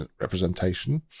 representation